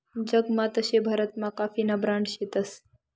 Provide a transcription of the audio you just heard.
जगमा तशे भारतमा काफीना ब्रांड शेतस